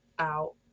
out